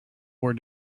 war